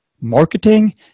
marketing